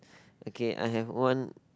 okay I have one